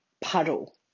puddle